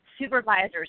supervisors